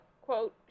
quote